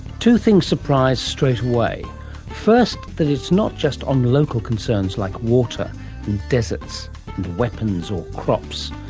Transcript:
two things surprise straight away first that it is not just on local concerns like water and deserts and weapons or crops,